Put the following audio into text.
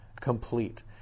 complete